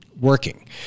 working